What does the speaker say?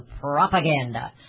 propaganda